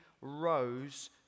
rose